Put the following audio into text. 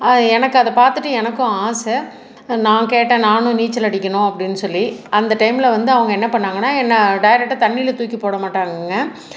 அது எனக்கு அதை பார்த்துட்டு எனக்கும் ஆசை நான் கேட்டேன் நானும் நீச்சல் அடிக்கணும் அப்படின் சொல்லி அந்த டைம்ல வந்து அவங்க என்ன பண்ணாங்கன்னா என்ன டெரெக்டாக தண்ணியில தூக்கி போட மாட்டாங்கங்க